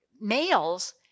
males